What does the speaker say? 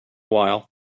while